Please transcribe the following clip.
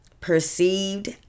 perceived